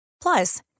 Plus